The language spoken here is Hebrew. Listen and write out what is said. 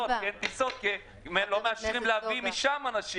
לטיסות כי לא מאפשרים להביא משם אנשים,